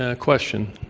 ah question.